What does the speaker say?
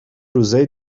روزای